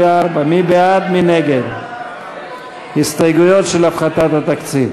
בעד, 58, נגד, 61. ההסתייגויות של תוספת תקציב